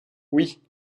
oui